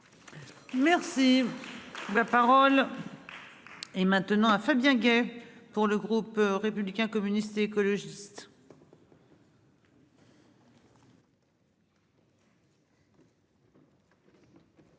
Merci. La parole. Et maintenant à Fabien Gay pour le groupe républicain communistes, écologistes.